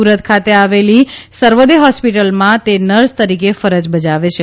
સુરત ખાતે આવેલી સર્વોદય હોસ્પિટલમાં તે નર્સ તરીકે ફરજ બજાવે છે